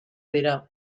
dira